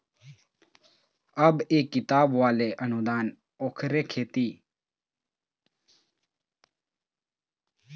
अब ये किताब वाले अनुदान ओखरे सेती मिलिस